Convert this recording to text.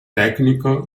tecnico